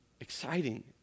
exciting